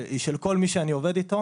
היא של כל מי שאני עובד איתו